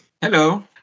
Hello